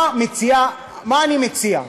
מה אני מציע?